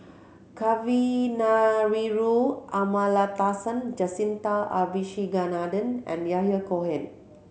Kavignareru Amallathasan Jacintha Abisheganaden and Yahya Cohen